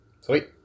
Sweet